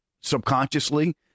subconsciously